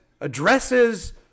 addresses